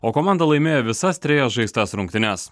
o komanda laimėjo visas trejas žaistas rungtynes